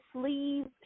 sleeves